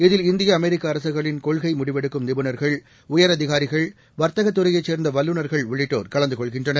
இதில் இந்திய அமெரிக்கஅரசுகளின் கொள்கைமுடிவெடுக்கும் நிபுணர்கள் உயரதிகாரிகள் வர்த்தகத் துறையைச் சேர்ந்தவல்லுநர்கள் உள்ளிட்டோர் கலந்துகொள்கின்றனர்